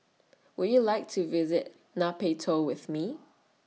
Would YOU like to visit Nay Pyi Taw with Me